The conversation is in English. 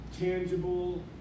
tangible